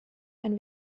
ein